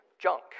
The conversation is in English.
junk